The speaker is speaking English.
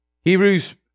Hebrews